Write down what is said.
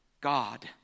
God